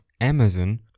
Amazon